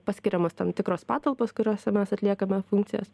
paskiriamos tam tikros patalpos kuriose mes atliekame funkcijas